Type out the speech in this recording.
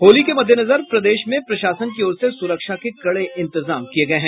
होली के मद्देनजर प्रदेश में प्रशासन की ओर से सुरक्षा के कड़े इंतजाम किये गये हैं